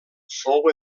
fou